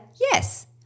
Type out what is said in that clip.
yes